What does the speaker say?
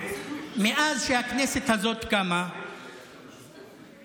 מאז שהכנסת הזאת קמה מעולם